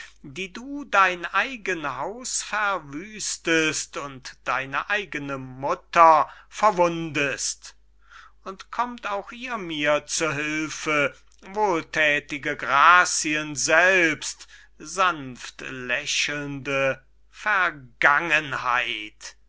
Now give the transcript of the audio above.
die du dein eigen haus verwüstest und deine eigene mutter verwundest und kommt auch ihr mir zu hülfe wohlthätige grazien selbst sanftlächelnde vergangenheit